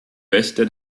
wächter